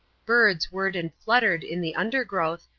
birds whirred and fluttered in the undergrowth,